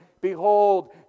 Behold